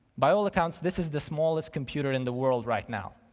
by all accounts, this is the smallest computer in the world right now.